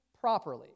properly